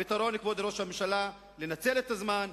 הפתרון, כבוד ראש הממשלה, הוא לנצל את הזמן,